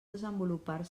desenvolupar